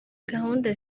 gahunda